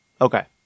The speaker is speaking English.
okay